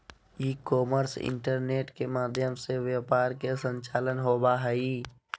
ई commerce internet के माध्यम से व्यापार के संचालन होबा हइ